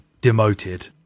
demoted